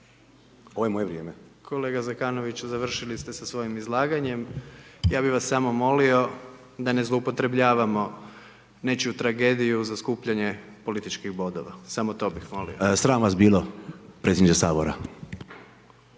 Gordan (HDZ)** Kolega Zekanoviću, završili ste sa svojim izlaganjem. Ja bih vas samo molio da ne zloupotrebljavamo nečiju tragediju za skupljanje političkih bodova. Samo to bih molio. **Zekanović, Hrvoje (HRAST)**